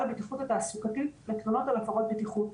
הבטיחות התעסוקתית ותלונות על הפרות בטיחות.